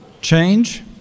change